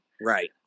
Right